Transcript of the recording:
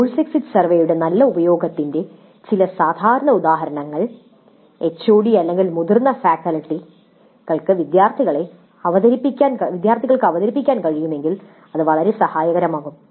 course exit സർവേയുടെ നല്ല ഉപയോഗത്തിന്റെ ചില സാധാരണ ഉദാഹരണങ്ങൾ എച്ച്ഒഡി അല്ലെങ്കിൽ ചില മുതിർന്ന ഫാക്കൽറ്റികൾക്ക് വിദ്യാർത്ഥികൾക്ക് അവതരിപ്പിക്കാൻ കഴിയുമെങ്കിൽ ഇത് വളരെ സഹായകരമാകും